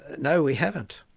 you know we haven't.